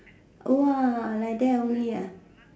!wah! like that only ah